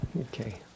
Okay